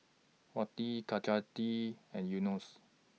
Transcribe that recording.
Wati and Yunos